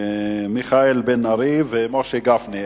מיכאל בן-ארי ומשה גפני,